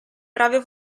prove